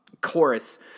chorus